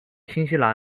新西兰